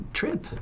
trip